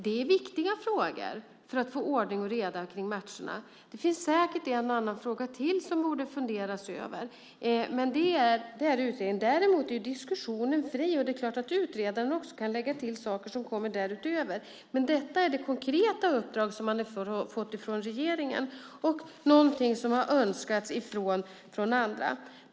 Det här är viktiga frågor för att få ordning och reda kring matcherna. Säkert finns det en och annan fråga till som det borde funderas över. Men det här är utredningen. Däremot är diskussionen fri. Det är klart att utredaren också kan lägga till saker som kommer därutöver. Men detta är det konkreta uppdrag som regeringen gett och någonting som önskats av andra.